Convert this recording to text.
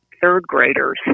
third-graders